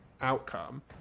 outcome